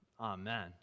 Amen